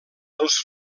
els